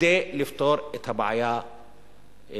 כדי לפתור את הבעיה בנגב,